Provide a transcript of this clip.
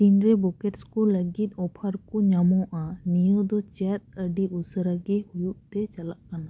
ᱛᱤᱱᱨᱮ ᱵᱩᱠᱮᱴᱥ ᱠᱩ ᱞᱟᱹᱜᱤᱫ ᱚᱯᱷᱟᱨ ᱠᱩ ᱧᱟᱢᱚᱜᱼᱟ ᱱᱤᱭᱟᱹ ᱫᱚ ᱪᱮᱫ ᱟᱹᱰᱤ ᱩᱥᱟᱹᱨᱟ ᱜᱤ ᱦᱩᱭᱩᱜᱛᱮ ᱪᱟᱞᱟᱜ ᱠᱟᱱᱟ